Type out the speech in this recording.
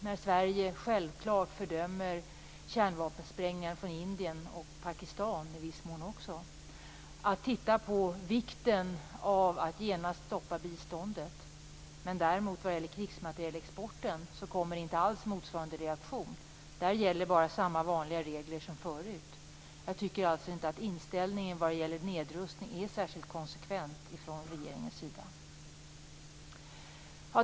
När Sverige självklart fördömer kärnvapensprängningar från Indien, och i viss mån Pakistan också, är det lätt att titta på vikten av att genast stoppa biståndet. Men däremot kommer inte alls motsvarande reaktion när det gäller krigsmaterielexporten. Där gäller bara samma vanliga regler som förut. Jag tycker alltså inte att inställningen till nedrustningen är särskilt konsekvent ifrån regeringens sida.